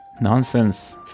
Nonsense